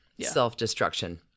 self-destruction